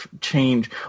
change